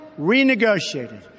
renegotiated